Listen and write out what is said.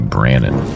Brandon